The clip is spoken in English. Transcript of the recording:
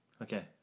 Okay